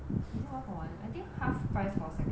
is it one for one I think half price for second one